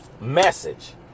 message